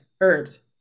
herbs